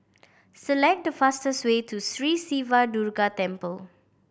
select the fastest way to Sri Siva Durga Temple